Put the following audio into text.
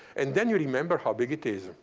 and then you remember how big it is.